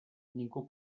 ningú